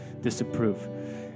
disapprove